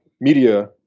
media